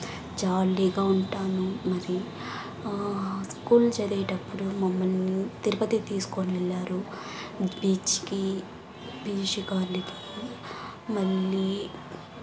జాలీగా ఉంటాను మరి స్కూల్ చదివేటప్పుడు మమ్మల్ని తిరుపతి తీసుకొని వెళ్లారు బీచ్కి బీచ్ గాలికి మళ్ళీ